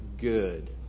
good